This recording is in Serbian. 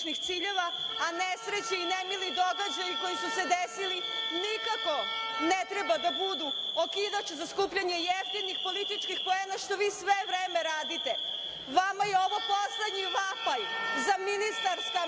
a nesreće i nemili događaji koji su se desili nikako ne treba da budu okidač za skupljanje jeftinih političkih poena, što vi sve vreme radite. Vama je ovo poslednji vapaj za ministarska mesta